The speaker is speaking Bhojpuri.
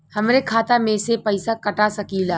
हमरे खाता में से पैसा कटा सकी ला?